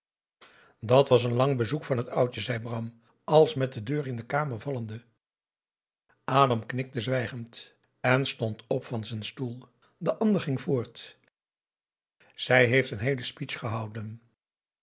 dat was een lang bezoek van het oudje zei bram als met de deur in de kamer vallende adam knikte zwijgend en stond op van z'n stoel de ander ging voort zij heeft een heele speech gehouden